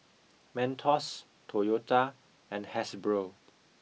Mentos Toyota and Hasbro